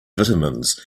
vitamins